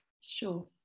sure